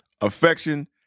affection